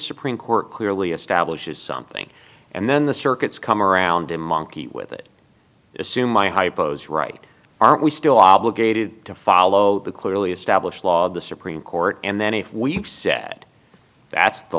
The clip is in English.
supreme court clearly establishes something and then the circuits come around to monkey with it assume i hypo's right aren't we still obligated to follow the clearly established law of the supreme court and then if we've said that's the